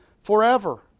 forever